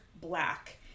black